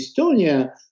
Estonia